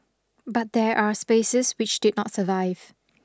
but there are spaces which did not survive